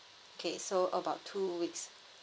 okay so about two weeks